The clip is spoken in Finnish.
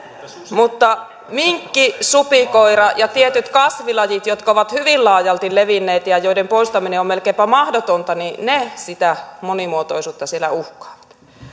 mutta minkki supikoira ja tietyt kasvilajit jotka ovat hyvin laajalti levinneitä ja joiden poistaminen on melkeinpä mahdotonta sitä monimuotoisuutta siellä uhkaavat